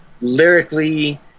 lyrically